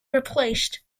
replaced